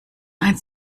eins